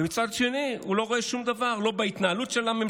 ומצד שני לא רואה שום דבר,